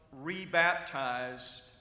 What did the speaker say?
rebaptized